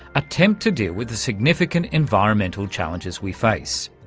attempt to deal with the significant environmental challenges we face,